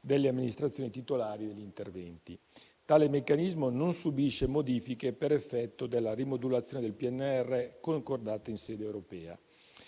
delle amministrazioni titolari degli interventi. Tale meccanismo non subisce modifiche per effetto della rimodulazione del PNRR concordata in sede europea.